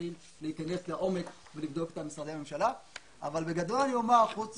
מוסמכים להיכנס לעומק ולבדוק את משרדי הממשלה אבל בגדול אני אומר שחוץ